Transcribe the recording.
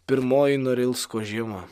pirmoji norilsko žiema